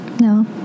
No